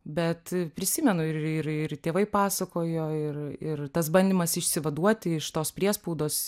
bet prisimenu ir ir ir tėvai pasakojo ir ir tas bandymas išsivaduoti iš tos priespaudos